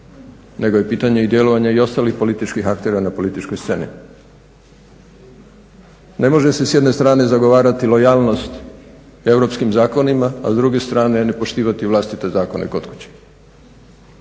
nego je pitanje i djelovanja i ostalih političkih aktera na političkoj sceni. Ne može se s jedne strane zagovarati lojalnost europskim zakonima a s druge strane ne poštivati vlastite zakone kod kuće.